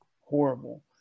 horrible